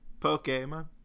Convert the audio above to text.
pokemon